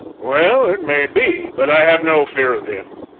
well, it may be, but i have no fear of him.